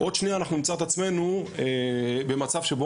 עוד שנייה אנחנו נמצא את עצמנו במצב שבו